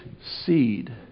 seed